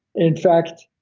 in fact,